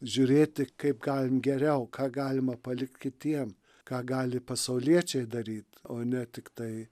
žiūrėti kaip galim geriau ką galima palikt kitiem ką gali pasauliečiai daryt o ne tiktai